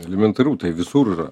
elementarių tai visur